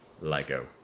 Lego